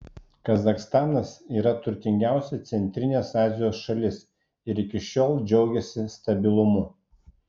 kazachstanas yra turtingiausia centrinės azijos šalis ir iki šiol džiaugėsi stabilumu